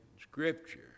scripture